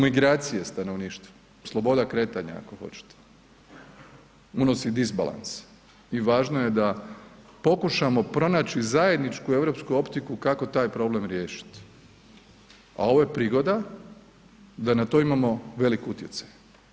Migracije stanovništva, sloboda kretnja ako hoćete, unos i disbalans i važno je da pokušamo pronaći zajedničku europsku optiku kako taj problem riješiti, a ovo je prigoda da na to imamo veliki utjecaj.